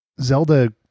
Zelda